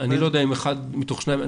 אני לא יודע אם אחד מתוך שניים.